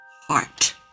heart